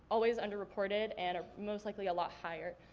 always under reported and are most likely a lot higher.